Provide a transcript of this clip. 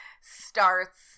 starts